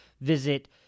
Visit